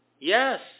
Yes